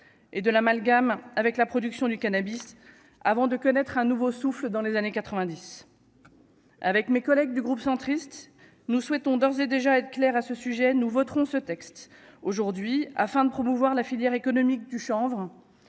et de l'amalgame avec la production du cannabis avant de connaître un nouveau souffle dans les années 90 avec mes collègues du groupe centriste nous souhaitons d'ores et déjà être clair à ce sujet, nous voterons ce texte aujourd'hui afin de promouvoir la filière économique du chanvre